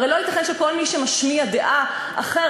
הרי לא ייתכן שכל מי שמשמיע דעה אחרת,